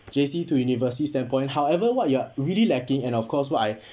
J_C to university standpoint however what you're really lacking and of course what I